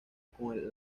con